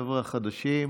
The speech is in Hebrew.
החבר'ה החדשים,